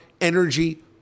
energy